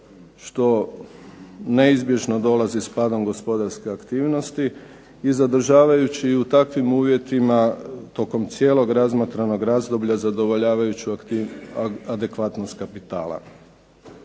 što neizbježno dolazi s padom gospodarske aktivnosti i zadržavajući u takvim uvjetima tokom cijelog razmatranog razdoblja zadovoljavajuću adekvatnost kapitala.